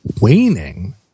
waning